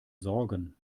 sorgen